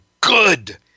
good